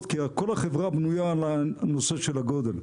כי כל החברה בנויה על הנושא של הגודל.